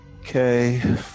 okay